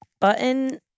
button